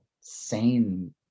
Sane